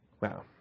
Wow